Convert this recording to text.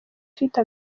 ufite